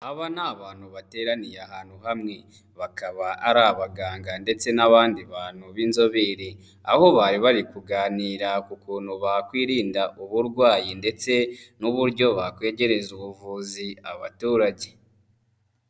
Aba ni abantu bateraniye ahantu hamwe. Bakaba ari abaganga ndetse n'abandi bantu b'inzobere. Aho bari bari kuganira ku kuntu bakwirinda uburwayi ndetse n'uburyo bakwegereza ubuvuzi abaturage.